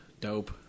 Dope